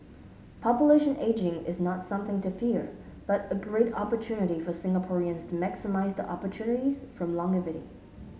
population aging is not something to fear but a great opportunity for Singaporeans to maximise the opportunities from longevity